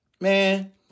Man